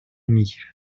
میگیره